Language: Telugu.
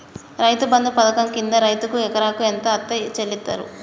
రైతు బంధు పథకం కింద రైతుకు ఎకరాకు ఎంత అత్తే చెల్లిస్తరు?